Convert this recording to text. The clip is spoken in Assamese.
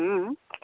ওম